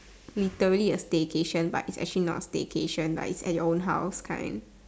literally a staycation but it's actually not a staycation it's at your own house kind